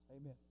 Amen